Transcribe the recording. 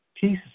Pieces